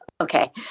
Okay